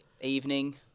evening